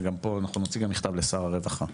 וגם פה אנחנו נוציא מכתב לשר הרווחה.